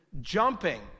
jumping